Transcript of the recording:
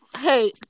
Hey